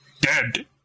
Dead